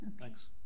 Thanks